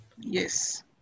yes